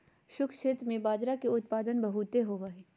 शुष्क क्षेत्र में बाजरा के उत्पादन बहुत होवो हय